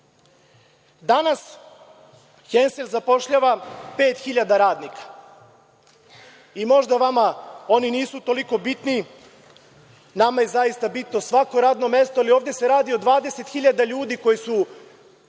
„Hensel“ zapošljava 5.000 radnika i možda vama oni nisu toliko bitni. Nama je zaista bitno svako radno mesto, ali ovde se radi o 20.000 ljudi koji su